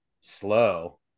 slow